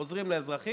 עוזרים לאזרחים.